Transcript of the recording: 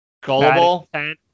Gullible